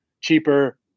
cheaper